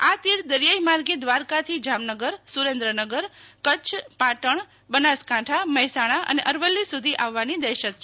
આ તીડ દરિયાઇ માર્ગે દ્વારકાથી જામનગર સુરેન્દ્રનગર કચ્છ પાટણ બનાસકાંઠા મહેસાણા અને અરવલ્લી સુધી આવવાની દહેશત છે